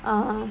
(uh huh)